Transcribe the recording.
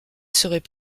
serait